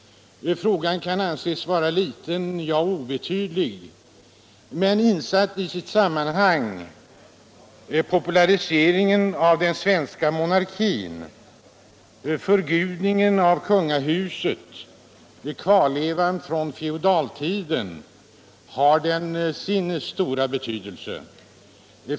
Frågan kan anses vara liten, ja, obetydlig, men insatt i sitt sammanhang — populariseringen av den svenska monarkin, förgudningen av kungahuset, kvarlevan från feodaltiden — har den sin stora betydelse.